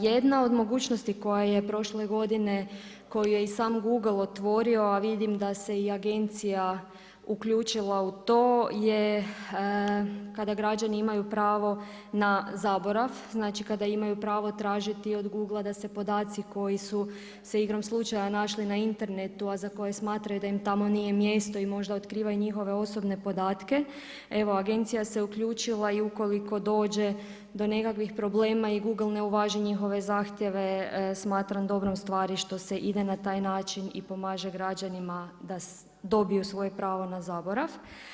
Jedna od mogućnosti koja je prošle godine koju je i sam google otvorio, a vidim da se i agencija uključila u to je kada građani imaju pravo na zaborav, znači kada imaju pravo tražiti od googla da se podaci koji su se igrom slučaja našli na internetu a za koje smatraju da im tamo nije mjesto i možda otkriva njihove osobne podatke evo Agencija se uključila i ukoliko dođe do nekakvih problema i google ne uvaži njihove zahtjeve smatram dobrom stvari što se ide na taj način i pomaže građanima da dobiju svoje pravo na zaborav.